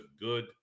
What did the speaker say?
good